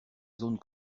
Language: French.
zone